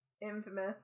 Infamous